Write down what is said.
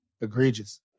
Egregious